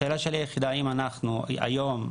היום,